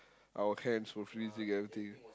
our hands were freezing everything